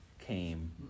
came